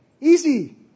easy